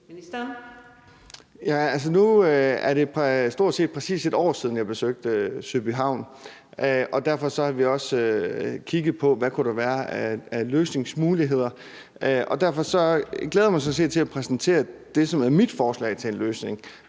Danielsen): Nu er det stort set præcis et år siden, at jeg besøgte Søby Havn, og derfor har vi også kigget på, hvad der kunne være af løsningsmuligheder. Og derfor glæder jeg mig sådan set til at præsentere det, som er mit forslag til en løsning,